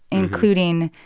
including,